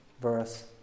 verse